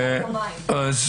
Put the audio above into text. נניח,